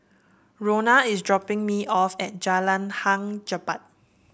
Rona is dropping me off at Jalan Hang Jebat